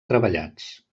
treballats